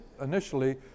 initially